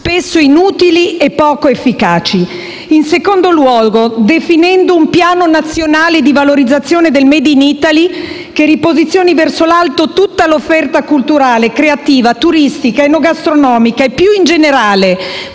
spesso inutili e poco efficaci. In secondo luogo, definendo un piano nazionale di valorizzazione del *made in Italy* che riposizioni verso l'alto tutta l'offerta culturale, creativa, turistica, enogastronomica e, più in generale,